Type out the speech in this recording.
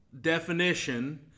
definition